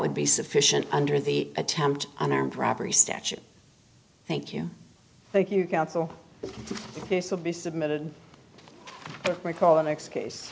would be sufficient under the attempt on armed robbery statute thank you thank you counsel this will be submitted recall excuse